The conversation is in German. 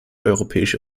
europäische